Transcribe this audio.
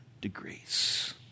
degrees